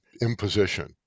imposition